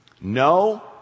no